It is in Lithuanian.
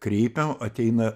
kreipiam ateina